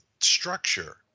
structure